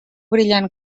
brillant